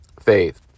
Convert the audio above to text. faith